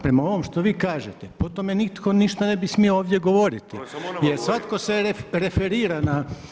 Prema ovome što vi kažete, po tome nitko ništa ne bi smio ovdje govoriti jer svatko se referira na…